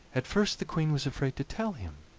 at first the queen was afraid to tell him,